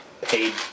paid